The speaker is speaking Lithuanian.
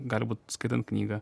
gali būt skaitant knygą